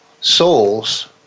souls